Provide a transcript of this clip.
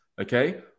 Okay